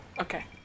Okay